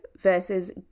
versus